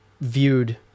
viewed